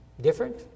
Different